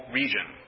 region